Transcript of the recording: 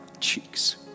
cheeks